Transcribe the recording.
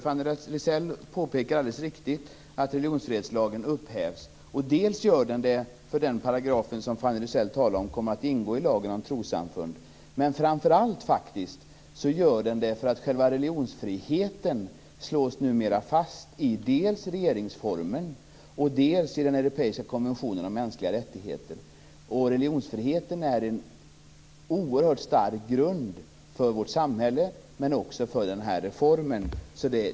Fanny Rizell påpekar alldeles riktigt att religionsfrihetslagen upphävs. Den paragraf som Fanny Rizell talar om kommer att ingå i lagen om trossamfund. Själva religionsfriheten slås numera fast dels i regeringsformen, dels i den europeiska konventionen om mänskliga rättigheter. Religionsfriheten är en oerhört stark grund för vårt samhälle men också för denna reform.